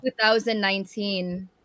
2019